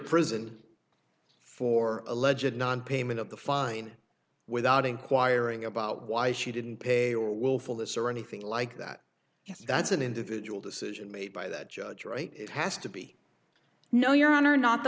prison for allegedly nonpayment of the fine without inquiring about why she didn't pay or willful this or anything like that yes that's an individual decision made by that judge wright it has to be no your honor not the